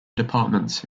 departments